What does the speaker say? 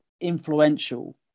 influential